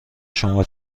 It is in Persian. شما